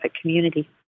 community